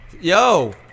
Yo